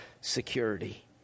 security